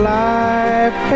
life